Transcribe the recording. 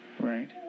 Right